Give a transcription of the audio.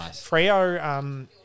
Frio